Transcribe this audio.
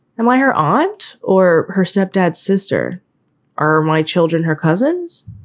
and why her aunt or her stepdad, sister are my children, her cousins?